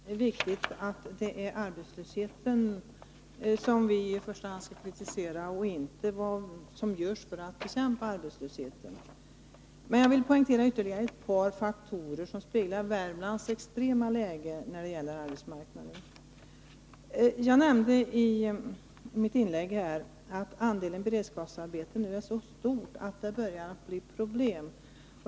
Fru talman! Självfallet är det riktigt att det är arbetslösheten som vi i första hand skall kritisera och inte det som görs för att bekämpa arbetslösheten. Jag vill poängtera ytterligare ett par faktorer som speglar Värmlands extrema läge när det gäller arbetsmarknaden. Jag nämnde i mitt inlägg att andelen beredskapsarbeten nu är så stort att det börjar bli problem.